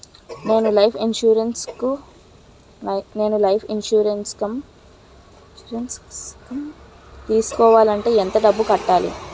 నేను life insurance scheme తీసుకోవాలంటే ఎంత డబ్బు కట్టాలి?